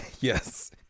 yes